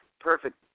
perfect